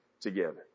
together